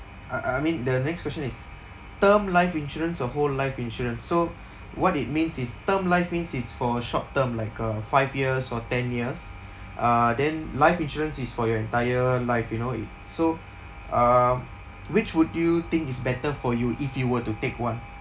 I I I mean the next question is term life insurance or whole life insurance so what it means is term life means it's for a short term like uh five years or ten years uh then life insurance is for your entire life you know it so uh which would you think is better for you if you were to take one